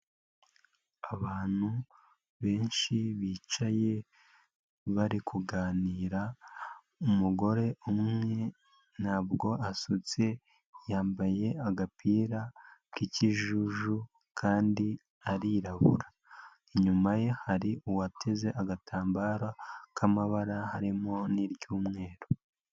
Abantu benshi bicaye bari kuganira, umugore umwe ntabwo asutse yambaye agapira k'ikijuju kandi arirabura, inyuma ye hari uwateze agatambaro k'amabara harimo n'iry'umweru.